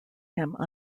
him